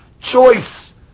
choice